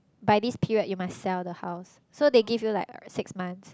by this period you must sell the house so they give you like six months